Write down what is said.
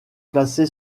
placée